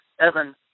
Evan